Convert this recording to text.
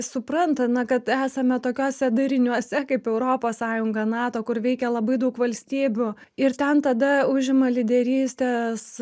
supranta na kad esame tokiuose dariniuose kaip europos sąjunga nato kur veikia labai daug valstybių ir ten tada užima lyderystės